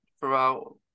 throughout